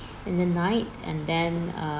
in the night and then uh